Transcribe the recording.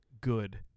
good